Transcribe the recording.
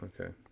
Okay